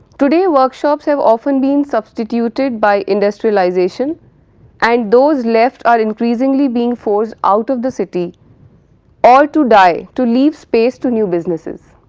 today, workshop have often been substituted by industrialisation and those left are increasingly being forced out of the city or to die to leave space to new businesses.